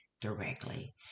directly